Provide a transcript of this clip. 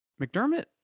McDermott